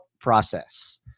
process